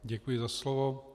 Děkuji za slovo.